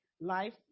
life